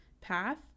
path